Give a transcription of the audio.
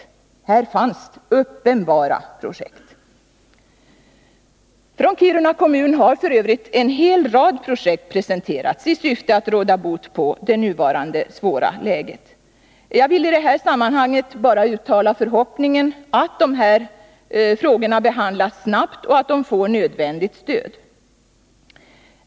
Här fanns det uppenbarligen projekt. Från Kiruna kommun har f. ö. en hel rad projekt presenterats i syfte att råda bot på det nuvarande svåra läget. Jag vill i det här sammanhanget bara uttala förhoppningen att dessa frågor behandlas snabbt och får nödvändigt stöd.